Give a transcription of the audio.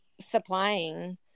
supplying